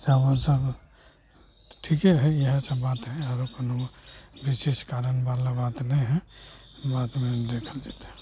चावलसब ठीके हइ इएहसब बात हइ आओर कोनो विशेष कारणवला बात नहि हइ ओ बादमे देखल जेतै